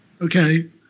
Okay